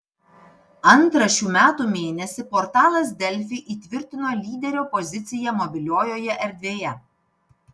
antrą šių metų mėnesį portalas delfi įtvirtino lyderio poziciją mobiliojoje erdvėje